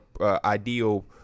ideal